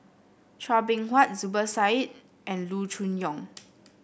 Chua Beng Huat Zubir Said and Loo Choon Yong